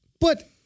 But-